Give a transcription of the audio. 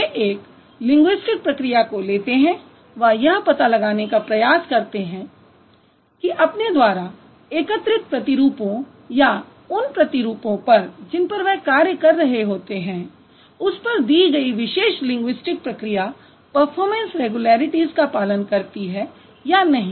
वे एक लिंगुइस्टिक प्रक्रिया को लेते हैं व यह पता लगाने का प्रयास करते हैं कि अपने द्वारा एकत्रित प्रतिरूपों या उन प्रतिरूपों पर जिन पर वह कार्य कर रहे होते हैं उस पर दी गयी विशेष लिंगुइस्टिक प्रक्रिया परफॉरमैंस रैग्युलैरिटीज़ का पालन करती या नहीं